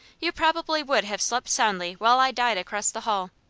you probably would have slept soundly while i died across the hall.